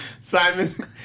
Simon